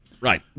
Right